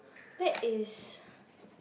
that is